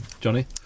Johnny